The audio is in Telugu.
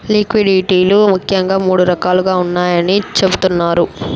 లిక్విడిటీ లు ముఖ్యంగా మూడు రకాలుగా ఉన్నాయని చెబుతున్నారు